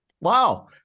wow